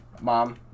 Mom